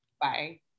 Bye